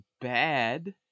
bad